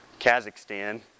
Kazakhstan